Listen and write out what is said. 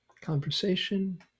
conversation